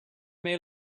may